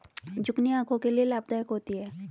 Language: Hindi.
जुकिनी आंखों के लिए लाभदायक होती है